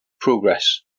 Progress